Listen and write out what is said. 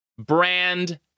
Brand